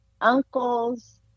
uncle's